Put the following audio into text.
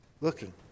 looking